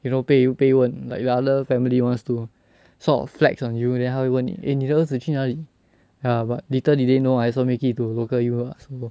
you know 被被问 like the other family wants to sort of flex on you then 他会问你 eh 你的儿子去哪里 ya but little did they know I also make it to local U ah so